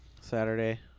Saturday